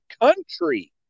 country